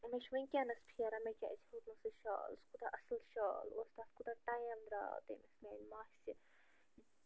مےٚ چھُ وٕنۍکٮ۪نس پھیران مےٚ کیٛازِ ہیوٚت نہٕ سُہ شال سُہ کوٗتاہ اصٕل شال اوس تتھ کوٗتاہ ٹایِم درٛاو تٔمِس میٛانہِ ماسہِ